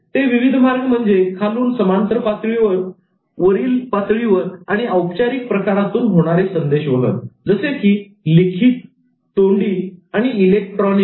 ते विविध मार्ग म्हणजे खालून समांतर पातळीवर वरील पातळीवर आणि औपचारिक प्रकारातून होणारे संदेशवहन जसे की लिखित तोंडी आणि इलेक्ट्रॉनिक